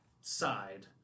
side